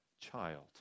child